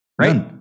right